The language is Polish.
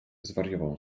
zwariował